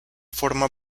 forma